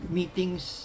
meetings